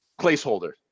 placeholder